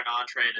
entree